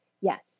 Yes